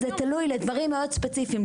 אבל זה תלוי לדברים מאוד ספציפיים,